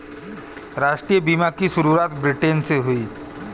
राष्ट्रीय बीमा की शुरुआत ब्रिटैन से हुई